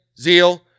zeal